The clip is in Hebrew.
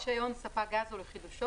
סעיף 4. בקשה לרישיון ספק גז או לחידושו